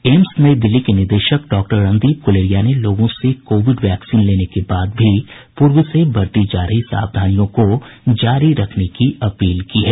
AIIMS Nai Delhi के निदेशक doctor Randeep Guleria ने लोगों से कोविड वैक्सीन लेने के बाद भी पूर्व से बरती जा रही सावधानियों को जारी रखने की अपील की है